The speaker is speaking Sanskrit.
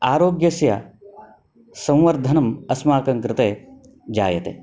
आरोग्यस्य संवर्धनम् अस्माकं कृते जायते